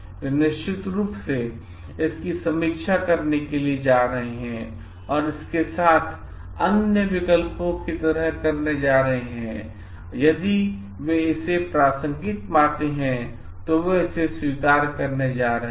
वे निश्चित रूप से इसकी समीक्षा करने के लिए जा रहे हैं और इसके साथ अन्य विकल्पों की तरह करने जा रहे हैंऔर यदि वे इसे प्रासंगिक पाते हैं तो वे इसे स्वीकार करने जा रहे हैं